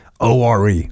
ORE